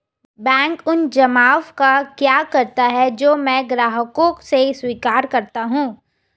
Bank उन जमाव का क्या करता है जो मैं ग्राहकों से स्वीकार करता हूँ?